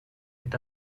est